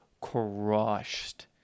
crushed